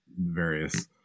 Various